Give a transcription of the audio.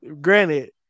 Granted